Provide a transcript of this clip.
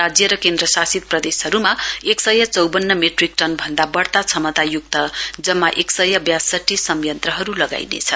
राज्य र केन्द्र शासित प्रदेशहरूमा एक सय चौबन्न मेट्रिक टन भन्दा बढ़ता क्षमताय्क्त जम्मा एक सय बासठी संयन्त्रहरू लगाइनेछ